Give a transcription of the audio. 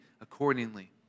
accordingly